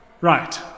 Right